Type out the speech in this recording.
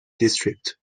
district